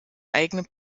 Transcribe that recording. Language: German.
eigene